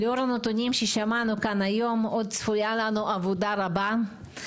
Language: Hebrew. לאור הנתונים ששמענו כאן היום עוד צפויה לנו עבודה רבה.